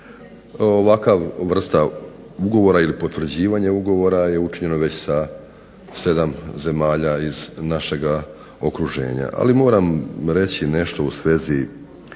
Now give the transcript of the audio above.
Ovakva vrsta ugovora ili potvrđivanja ugovora je učinjeno već sa 7 zemalja iz našega okruženja. Ali moram reći nešto u svezi